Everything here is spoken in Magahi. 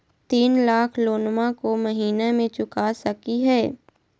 तीन लाख लोनमा को महीना मे चुका सकी हय?